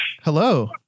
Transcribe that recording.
Hello